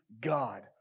God